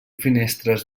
finestres